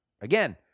Again